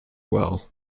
well